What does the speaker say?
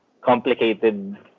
complicated